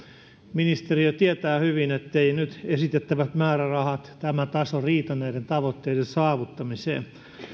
jo tietää hyvin etteivät nyt esitettävät määrärahat tämä taso riitä näiden tavoitteiden saavuttamiseen